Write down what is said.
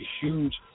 huge